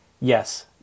Yes